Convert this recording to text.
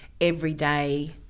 everyday